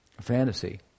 fantasy